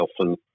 often